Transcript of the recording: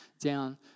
down